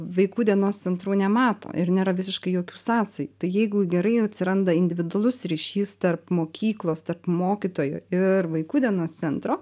vaikų dienos centrų nemato ir nėra visiškai jokių sąsajų tai jeigu gerai atsiranda individualus ryšys tarp mokyklos tarp mokytojo ir vaikų dienos centro